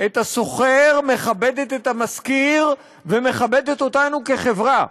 את השוכר, מכבדת את המשכיר ומכבדת אותנו כחברה.